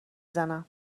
زنم